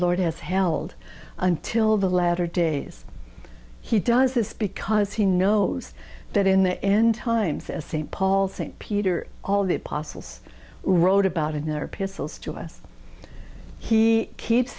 lord has held until the latter days he does this because he knows that in the end times as st paul's st peter all the apostles wrote about in their pistols to us he keeps